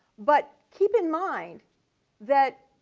but keep in mind that